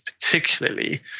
particularly